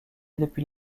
depuis